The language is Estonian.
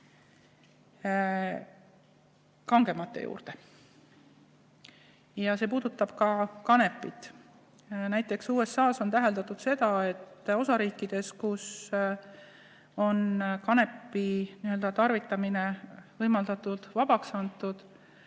kangemate juurde. See puudutab ka kanepit. Näiteks USA-s on täheldatud, et osariikides, kus on kanepi tarvitamine võimaldatud, vabaks antud,